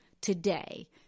today